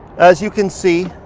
as you can see,